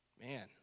Man